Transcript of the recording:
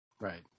right